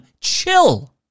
chill